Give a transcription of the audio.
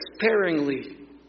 sparingly